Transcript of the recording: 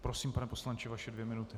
Prosím, pane poslanče, vaše dvě minuty.